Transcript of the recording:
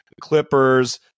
Clippers